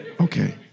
Okay